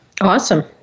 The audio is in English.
Awesome